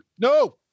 No